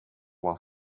while